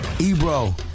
Ebro